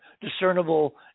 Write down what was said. discernible